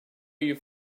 you